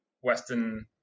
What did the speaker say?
Western